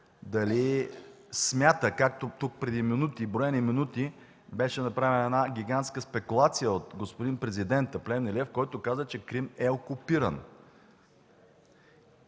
дали смята, както преди броени минути беше направена гигантска спекулация от господин президента Плевнелиев, който каза, че Крим е окупиран?